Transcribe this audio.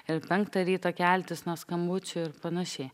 ir penktą ryto keltis nuo skambučių ir panašiai